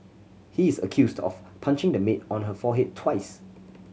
he is accused of punching the maid on her forehead twice